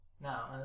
Now